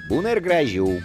būna ir gražių